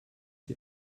die